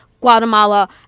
Guatemala